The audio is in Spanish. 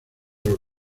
los